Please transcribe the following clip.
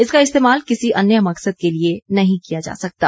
इसका इस्तेमाल किसी अन्य मकसद के लिए नहीं किया जा सकता